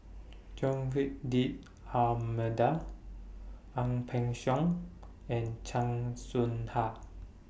Joaquim D'almeida Ang Peng Siong and Chan Soh Ha